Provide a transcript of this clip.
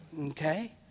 Okay